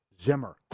Zimmer